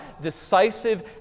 decisive